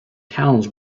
towns